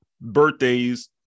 birthdays